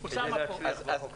כדי להצליח בחוק הזה.